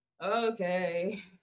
Okay